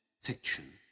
fiction